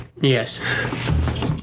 Yes